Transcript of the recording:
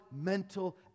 mental